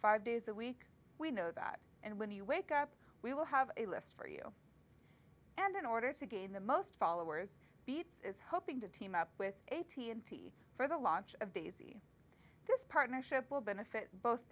five days a week we know that and when you wake up we will have a list for you and in order to gain the most followers beats is hoping to team up with a t n t for the launch of daisy this partnership will benefit both